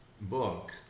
book